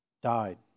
died